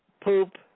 poop